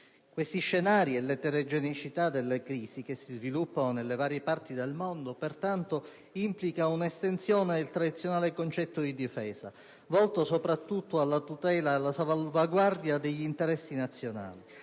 Questi scenari e l'eterogeneità delle crisi che si sviluppano nelle varie parti del mondo, pertanto, implicano un'estensione del tradizionale concetto di difesa volto soprattutto alla tutela e alla salvaguardia degli interessi nazionali,